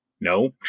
no